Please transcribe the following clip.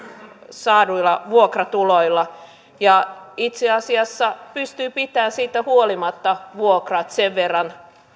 saaduilla vuokratuloilla ja itse asiassa pystyy pitämään siitä huolimatta vuokrat sen verran